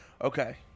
okay